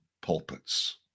pulpits